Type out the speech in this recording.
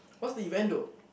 what's the event though